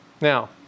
Now